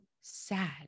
sad